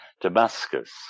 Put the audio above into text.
Damascus